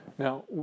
Now